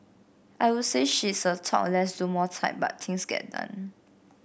I would say she's a talk less do more type but things get done